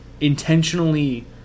intentionally